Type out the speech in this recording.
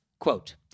Quote